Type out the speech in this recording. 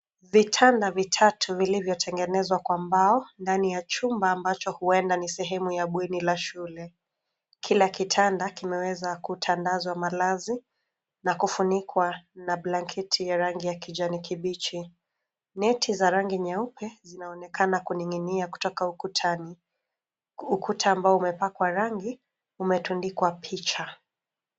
Vitanda vitatu vilivyotengenezwa kwa mbao; ndani ya chumba ambacho huenda ni sehemu ya bweni la shule. Kila kitanda kimeweza kutandazwa malazi na kufunikwa na blanketi ya rangi ya kijani kibichi. Neti za rangi nyeupe zinaonekana kunig'inia kutoka ukutani. Ukuta ambao umepakwa rangi, umetundikwa picha.